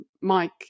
Mike